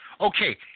Okay